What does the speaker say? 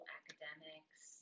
academics